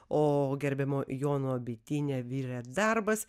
o gerbiamo jono bityne virė darbas